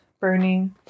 burning